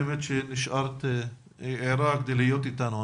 תודה שנשארת ערה כדי להיות אתנו.